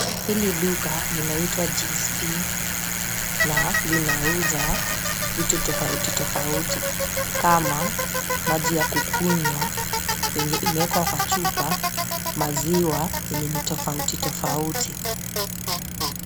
Hili duka linaitwa GSP na linauza vitu tofauti tofauti. Kama maji ya kukunywa, yenye imewekwa kwa chupa, maziwa yenye ni tofautu tofauti.